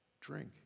drink